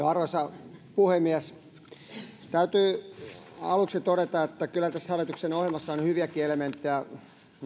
arvoisa puhemies täytyy aluksi todeta että kyllä tässä hallituksen ohjelmassa on hyviäkin elementtejä